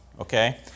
okay